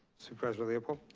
supervisor leopold?